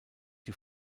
die